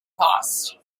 cost